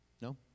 no